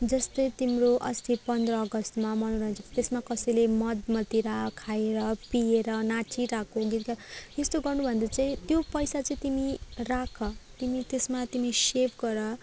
जस्तै तिम्रो अस्ति पन्ध्र अगस्तमा मनोरन्जन त्यसमा कसैले मद मदिरा खाएर पिएर नाचिरहेको गीत गाइ यस्तो गर्नु भन्दा चाहिँ त्यो पैसा चाहिँ तिमी राख तिमी त्यसमा तिमी सेभ गर